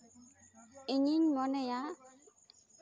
ᱤᱧᱤᱧ ᱢᱚᱱᱮᱭᱟ